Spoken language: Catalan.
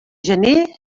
gener